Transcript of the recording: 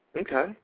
Okay